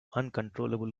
uncontrollable